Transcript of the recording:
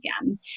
again